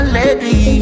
lady